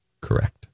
Correct